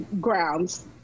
grounds